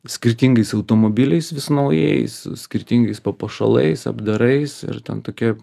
skirtingais automobiliais vis naujais skirtingais papuošalais apdarais ir ten tokia